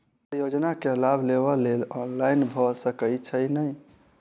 Sir योजना केँ लाभ लेबऽ लेल ऑनलाइन भऽ सकै छै नै?